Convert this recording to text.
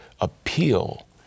appeal